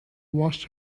washed